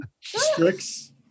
Strix